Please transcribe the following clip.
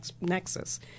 nexus